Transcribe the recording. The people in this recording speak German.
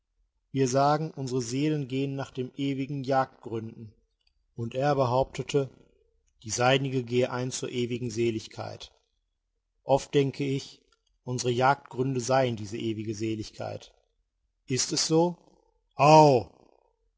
wir sagen unsere seelen gehen nach den ewigen jagdgründen und er behauptete die seinige gehe ein zur ewigen seligkeit oft denke ich unsere jagdgründe seien diese ewige seligkeit ist es so